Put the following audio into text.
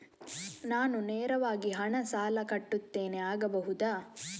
ನಾನು ನೇರವಾಗಿ ಹಣ ಸಾಲ ಕಟ್ಟುತ್ತೇನೆ ಆಗಬಹುದ?